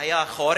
היה חורף.